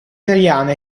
italiana